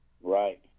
Right